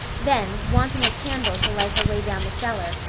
then, wanting a candle to light her way down the cellar,